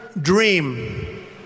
dream